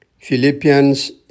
Philippians